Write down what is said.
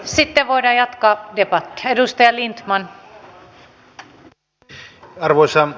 sitten voidaan jatkaa debattia